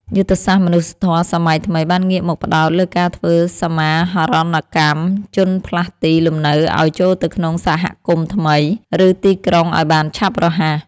យុទ្ធសាស្ត្រមនុស្សធម៌សម័យថ្មីបានងាកមកផ្តោតលើការធ្វើសមាហរណកម្មជនផ្លាស់ទីលំនៅឱ្យចូលទៅក្នុងសហគមន៍ថ្មី ឬទីក្រុងឱ្យបានឆាប់រហ័ស។